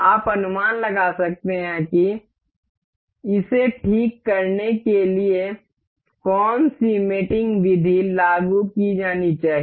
आप अनुमान लगा सकते हैं कि इसे ठीक करने के लिए कौन सी मेटिंग विधि लागू की जानी चाहिए